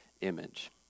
image